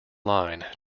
line